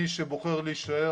מי שבוחר להישאר